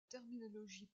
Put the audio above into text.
terminologie